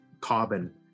carbon